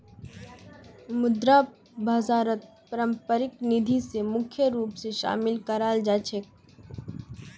मुद्रा बाजारत पारस्परिक निधि स मुख्य रूप स शामिल कराल जा छेक